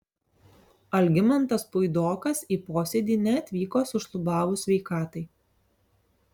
algimantas puidokas į posėdį neatvyko sušlubavus sveikatai